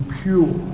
pure